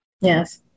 Yes